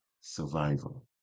survival